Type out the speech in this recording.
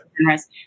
generous